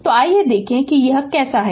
तो आइए देखें कि यह कैसा है